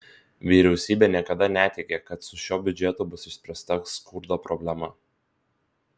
vyriausybė niekada neteigė kad su šiuo biudžetu bus išspręsta skurdo problema